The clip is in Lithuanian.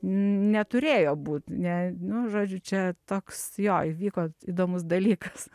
neturėjo būt ne nu žodžiu čia toks jo įvyko įdomus dalykas